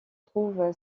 trouve